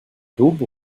daube